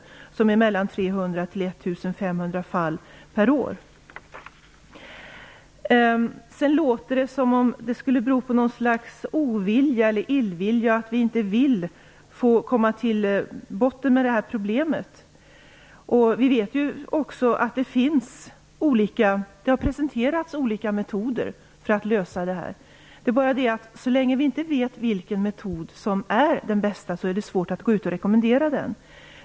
Antalet är då mellan 300 och 1 500 fall per år. Det låter som om det skulle bero på någon slags ovilja eller illvilja att vi inte går till botten med det här problemet. Vi vet att det har presenterats olika metoder för att lösa det här. Det är bara det att så länge vi inte vet vilken metod som är den bästa är det svårt att gå ut med rekommendationer.